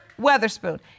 Weatherspoon